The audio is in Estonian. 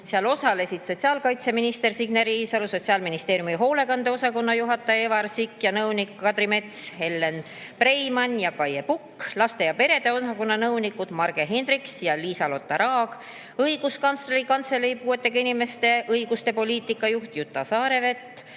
Seal osalesid sotsiaalkaitseminister Signe Riisalo, Sotsiaalministeeriumi hoolekande osakonna juhataja Ivar Sikk ja nõunikud Kadri Mets, Elen Preimann ja Kaie Pukk, laste ja perede osakonna nõunikud Marge Hindriks ja Liisa-Lotta Raag, Õiguskantsleri Kantselei puuetega inimeste õiguste poliitika juht Juta Saarevet,